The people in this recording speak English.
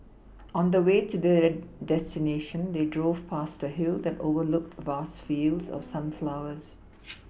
on the way to their destination they drove past a hill that overlooked vast fields of sunflowers